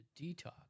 detox